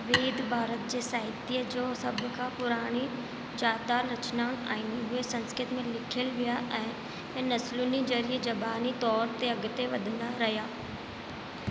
वेद भारत जे साहित्य जो सभु खां पुराणी जातल रचनाऊं आहिनि उहे संस्कृत में लिखिया विया ऐं नस्लुनी ज़रिए ज़बानी तौरु ते अॻिते वधंदा रहिया